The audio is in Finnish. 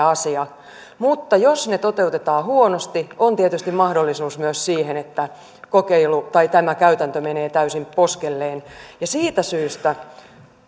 asia mutta jos ne toteutetaan huonosti on tietysti mahdollisuus myös siihen että kokeilu tai tämä käytäntö menee täysin poskelleen siitä syystä